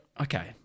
okay